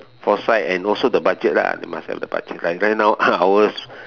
foresight and also the budget lah must have the budget like right now ours